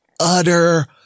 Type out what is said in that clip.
utter